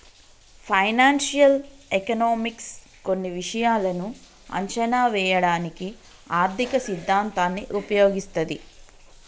financial economics కొన్ని విషయాలను అంచనా వేయడానికి ఆర్థిక సిద్ధాంతాన్ని ఉపయోగిస్తది